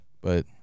But-